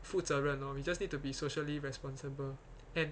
负责认 lor we just need to be socially responsible and